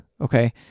Okay